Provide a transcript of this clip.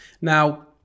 now